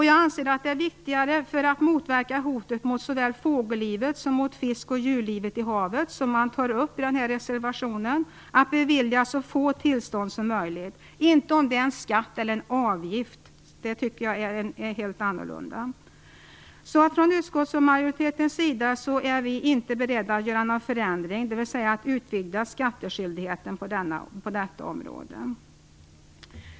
Jag anser att det är viktigare för att motverka hotet mot såväl fågellivet som fisk och djurlivet i havet är att bevilja så få tillstånd som möjligt - inte om det är en skatt eller en avgift för det som man tar upp. Från utskottsmajoriteten är vi inte beredda att göra någon förändring, dvs. att utvidga skattskyldigheten på detta område.